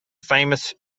famous